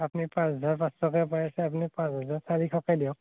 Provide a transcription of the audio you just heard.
আপুনি পাঁচ হাজাৰ পাঁচশকৈ পায় আছে আপুনি পাঁচ হাজাৰ চাৰিশকৈ দিয়ক